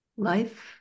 Life